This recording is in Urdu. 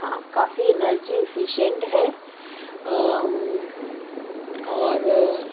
ہاں کافی انرجی افیشئنٹ ہے اور